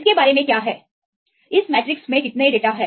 इसके बारे में क्या है इस मैट्रिक्स में कितने डेटा हैं